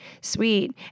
sweet